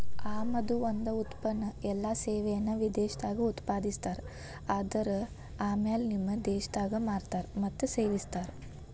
ಆಮದು ಒಂದ ಉತ್ಪನ್ನ ಎಲ್ಲಾ ಸೇವೆಯನ್ನ ವಿದೇಶದಾಗ್ ಉತ್ಪಾದಿಸ್ತಾರ ಆದರ ಆಮ್ಯಾಲೆ ನಿಮ್ಮ ದೇಶದಾಗ್ ಮಾರ್ತಾರ್ ಮತ್ತ ಸೇವಿಸ್ತಾರ್